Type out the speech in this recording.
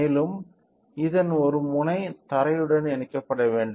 மேலும் இதன் ஒரு முனை தரையுடன் இணைக்கப்பட வேண்டும்